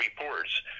reports